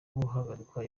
guhagarikwa